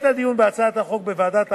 בעת הדיון בהצעת החוק בוועדת העבודה,